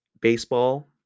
Baseball